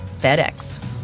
FedEx